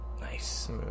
Nice